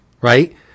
right